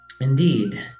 Indeed